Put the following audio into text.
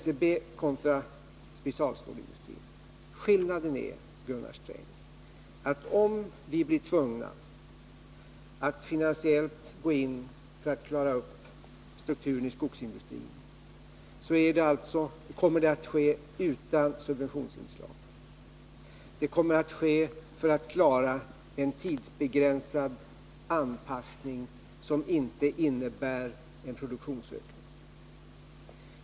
Det gäller NCB kontra specialstålsindustrin. Skillnaden är, Gunnar Sträng, att om vi blir tvungna att finansiellt gå in för att klara upp strukturen i skogsindustrin, så kommer det att ske utan subventionsinslag. Det kommer att ske för att klara en tidsbegränsad anpassning, som inte innebär en produktionsökning.